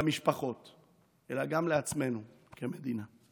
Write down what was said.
למשפחות אלא גם לעצמנו כמדינה.